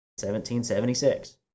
1776